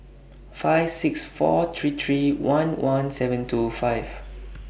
five six four three three one one seven two five